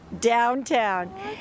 downtown